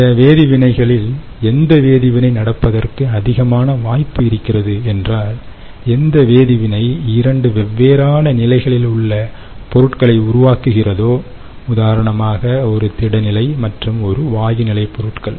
இந்த வேதி வினைகளில் எந்த வேதிவினை நடப்பதற்கு அதிகமான வாய்ப்பு இருக்கிறது என்றால் எந்த வேதிவினை இரண்டு வெவ்வேறான நிலைகளில் உள்ள பொருட்களை உருவாக்குகிறதோ உதாரணமாக ஒரு திட நிலை மற்றும் ஒரு வாயு நிலை பொருட்கள்